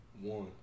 one